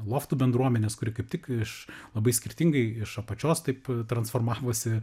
loftų bendruomenės kuri kaip tik iš labai skirtingai iš apačios taip transformavosi